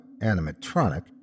animatronic